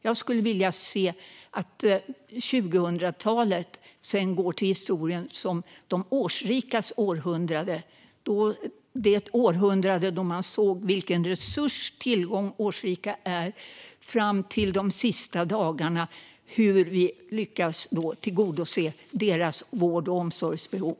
Jag skulle vilja se att 2000-talet går till historien som de årsrikas århundrade, det århundrade då man såg vilken resurstillgång de årsrika är fram till de sista dagarna och hur vi lyckades tillgodose deras vård och omsorgsbehov.